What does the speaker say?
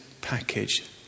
package